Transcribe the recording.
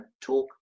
Talk